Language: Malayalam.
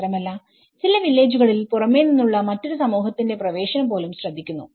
മാത്രമല്ല ചില വില്ലേജുകളിൽ പുറമേനിന്നുള്ള മറ്റൊരു സമൂഹത്തിന്റെ പ്രവേശനം പോലും ശ്രദ്ധിക്കുന്നു